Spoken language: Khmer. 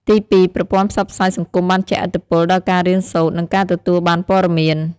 ទីពីរ ប្រព័ន្ធផ្សព្វផ្សាយសង្គមបានជះឥទ្ធិពលដល់ការរៀនសូត្រ និងការទទួលបានព័ត៌មាន។